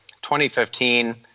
2015